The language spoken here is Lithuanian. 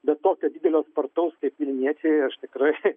bet tokio didelio spartaus kaip vilniečiai aš tikrai